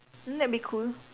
won't that be cool